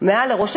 מעל לראשו,